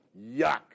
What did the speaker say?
Yuck